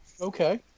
okay